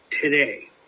today